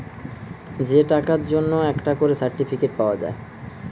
যে টাকার জন্যে একটা করে সার্টিফিকেট পাওয়া যায়